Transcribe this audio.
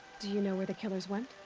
do you know where the killers went?